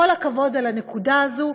כל הכבוד על הנקודה הזאת.